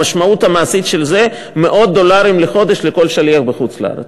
המשמעות המעשית של זה היא מאות דולרים לחודש לכל שליח בחוץ-לארץ.